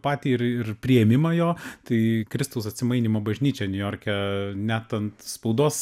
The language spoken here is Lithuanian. patį ir ir priėmimą jo tai kristaus atsimainymo bažnyčia niujorke net ant spaudos